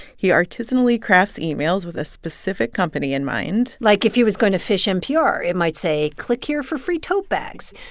he artisanally crafts emails with a specific company in mind like, if he was going to phish npr, it might say, click here for free tote bags.